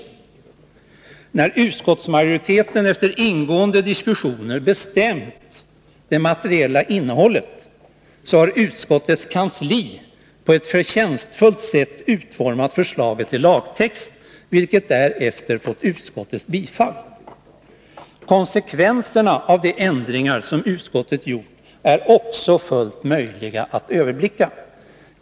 Sedan utskottsmajoriteten efter ingående diskussioner bestämt det materiella innehållet, har utskottets kansli på ett förtjänstfullt sätt utformat förslaget till lagtext, vilket därefter fått utskottets bifall. Konsekvenserna av de ändringar som utskottet gjort är också fullt möjliga att överblicka.